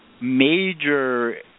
major